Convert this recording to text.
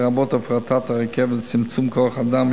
לרבות הפרטת הרכבת וצמצום כוח-האדם,